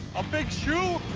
a big shoe?